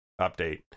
update